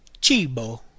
Cibo